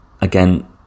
again